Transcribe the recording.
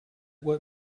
what